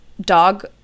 dog